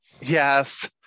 Yes